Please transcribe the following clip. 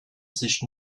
sich